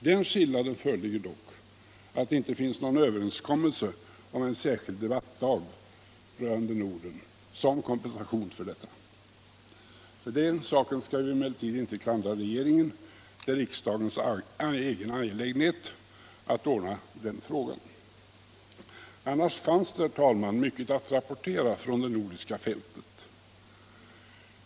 Den skillnaden föreligger dock att det inte finns någon överenskommelse om en särskild debattdag rörande Norden som kompensation för detta. För den saken skall vi emellertid inte klandra regeringen. Det är riksdagens egen angelägenhet att ordna den frågan. Annars fanns det, herr talman, mycket att rapportera från det nordiska fältet.